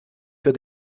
für